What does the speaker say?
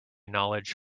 knowledge